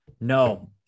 No